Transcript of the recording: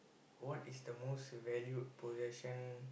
what is the most valued possession